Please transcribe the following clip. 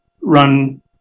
run